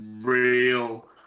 real